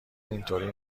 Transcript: اینطوری